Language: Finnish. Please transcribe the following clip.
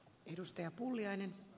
arvoisa puhemies